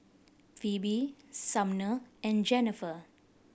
Phebe Sumner and Jennifer